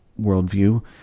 worldview